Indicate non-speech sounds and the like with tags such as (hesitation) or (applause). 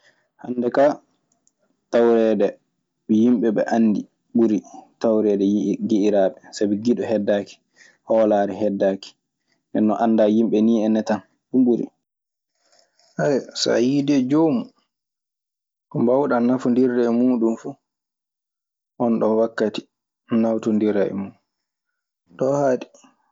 Hannde kaa tawreede yimɓe ɓe anndi ɓuri tawreede giƴiraaɓe sabi giɗo heddaaki, hoolaare heddaaki, ndeen non anndaa yimɓe nii enna tan ɗun ɓuri. (hesitation) So a yiidii e joomun, ko mbawɗaa nafondirde e muuɗun fuu, oonɗon wakkati, nawtondiraa e muuɗun. Ɗoo haaɗi.